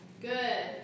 Good